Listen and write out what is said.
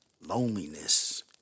loneliness